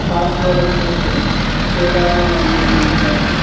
password వచ్చేసి Chirala one two three sir